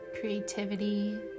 creativity